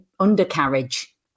undercarriage